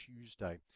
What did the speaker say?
Tuesday